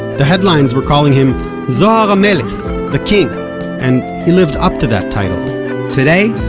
the headlines were calling him zohar ha'melech the king and he lived up to that title today,